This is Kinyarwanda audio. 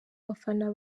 bafana